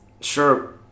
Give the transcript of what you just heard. Sure